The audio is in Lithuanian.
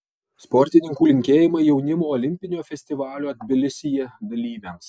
sportininkų linkėjimai jaunimo olimpinio festivalio tbilisyje dalyviams